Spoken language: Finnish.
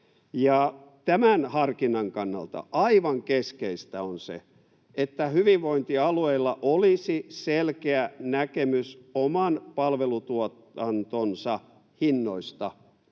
Tämän harkinnan kannalta aivan keskeistä on se, että hyvinvointialueilla olisi selkeä näkemys oman palvelutuotantonsa hinnoista, eli